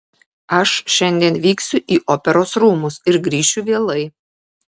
aš šiandien vyksiu į operos rūmus ir grįšiu vėlai